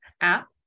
app